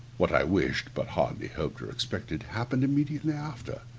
what i wished, but hardly hoped or expected, happened immediately after.